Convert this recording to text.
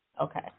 Okay